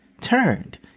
turned